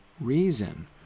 reason